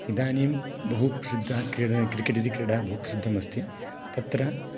इदानीं बहुप्रसिद्धाः क्रीडा क्रिकेट् इति क्रीडा बहुप्रसिद्धम् अस्ति तत्र